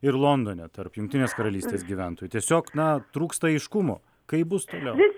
ir londone tarp jungtinės karalystės gyventojų tiesiog na trūksta aiškumo kaip bus toliau